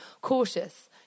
cautious